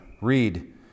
read